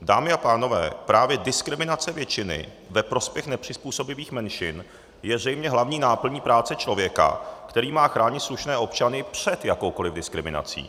Dámy a pánové, právě diskriminace většiny ve prospěch nepřizpůsobivých menšin je zřejmě hlavní náplní práce člověka, který má chránit slušné občany před jakoukoliv diskriminací.